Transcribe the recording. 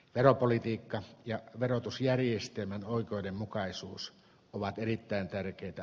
veropolitiikka ja verotusjärjestelmän oikeudenmukaisuus ovat erittäin tärkeitä